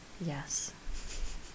Yes